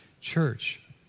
church